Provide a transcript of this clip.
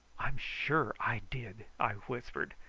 i'm sure i did, i whispered,